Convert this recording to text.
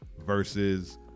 versus